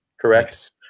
correct